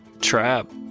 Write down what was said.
trap